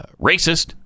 racist